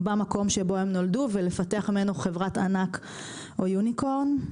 במקום שבו הם נולדו ולפתח ממנו חברת ענק או יוניקורן.